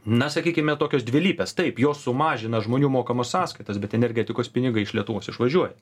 na sakykime tokios dvilypės taip jos sumažina žmonių mokamas sąskaitas bet energetikos pinigai iš lietuvos išvažiuoja